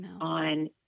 on